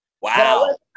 Wow